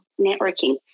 networking